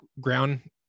ground